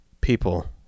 People